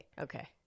okay